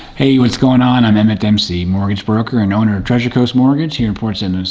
hey, what's going on? i'm emmett dempsey mortgage broker and owner treasure coast mortgage here in port st. lucie.